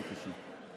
בבקשה.